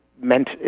meant